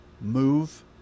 move